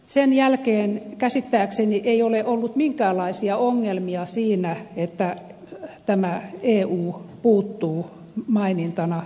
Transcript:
sen jälkeen käsittääkseni ei ole ollut minkäänlaisia ongelmia siinä että tämä eu puuttuu mainintana perustuslain pykälistä